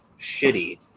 shitty